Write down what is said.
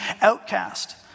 outcast